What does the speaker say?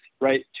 right